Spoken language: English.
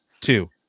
two